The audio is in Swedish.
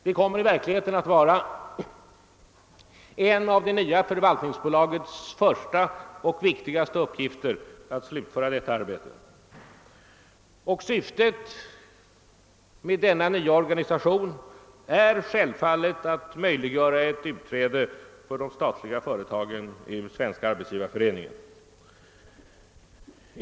Det kommer i verkligheten att vara en av det nya förvaltningsbolagets första och viktigaste uppgifter att slutföra detta arbete, och syftet med den nya organisationen är självfallet att möjliggöra ett utträde för de statliga företagen ur Svenska arbetsgivareföreningen.